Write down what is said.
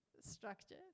structure